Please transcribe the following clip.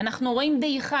ואנחנו רואים דעיכה,